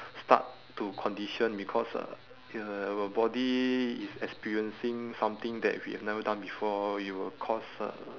start to condition because uh uh our body is experiencing something that we have never done before it will cause uh